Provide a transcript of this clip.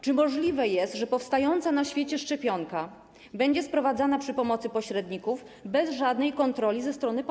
Czy możliwe jest, że powstająca na świecie szczepionka będzie sprowadzana przy pomocy pośredników bez żadnej kontroli ze strony państwa?